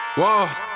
Whoa